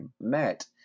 met